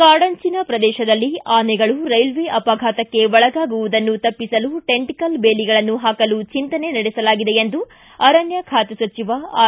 ಕಾಡಂಚನ ಪ್ರದೇಶದಲ್ಲಿ ಆನೆಗಳು ರೈಲ್ವೆ ಅಪಘಾತಕ್ಷೆ ಒಳಗಾವುದನ್ನು ತಪ್ಪಿಸಲು ಟೆಂಟ್ಕಲ್ ಬೇಲಿಗಳನ್ನು ಹಾಕಲು ಚಿಂತನೆ ನಡೆಸಲಾಗಿದೆ ಎಂದು ಅರಣ್ಯ ಖಾತೆ ಸಚಿವ ಆರ್